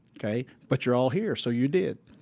okay. but you're all here, so you did,